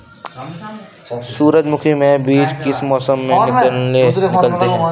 सूरजमुखी में बीज किस मौसम में निकलते हैं?